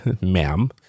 ma'am